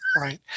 Right